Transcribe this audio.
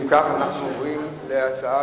אם כך, אנחנו עוברים להצעה,